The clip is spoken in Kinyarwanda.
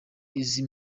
izi